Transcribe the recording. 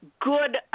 good